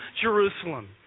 Jerusalem